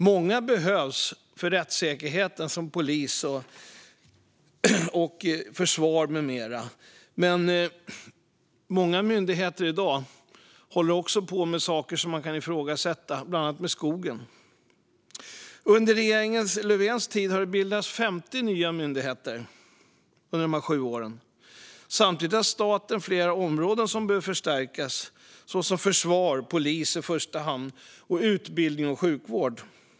Många behövs för rättssäkerheten, som polis och försvar med mera. Men många myndigheter i dag håller också på med saker som man kan ifrågasätta, bland annat när det gäller skogen. Under de sju år som har gått under regeringen Löfvens styre har det bildats 50 nya myndigheter. Samtidigt har staten flera områden som behöver förstärkas, såsom försvar och polis i första hand samt utbildning och sjukvård.